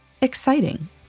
exciting